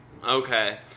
Okay